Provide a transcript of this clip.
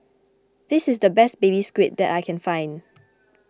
this is the best Baby Squid that I can find